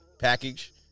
package